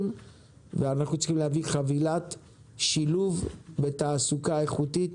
ואנחנו צריכים להביא חבילת שילוב בתעסוקה איכותית